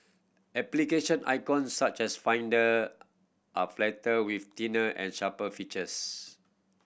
application icon such as Finder are flatter with thinner and sharper features